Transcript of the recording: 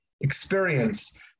experience